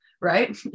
right